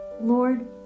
lord